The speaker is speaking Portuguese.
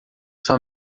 sua